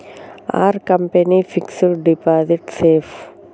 Are company fixed deposit safe?